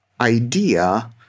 Idea